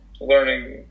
learning